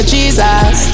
Jesus